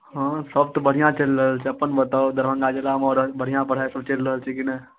हाँ सभ तऽ बढ़िआँ चलि रहल छै अपन बताउ दरभंगा जिलामे आओर बढ़िआँ पढ़ाइसभ चलि रहल छै कि नहि